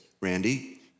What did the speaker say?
Randy